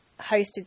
hosted